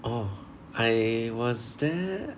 orh I was there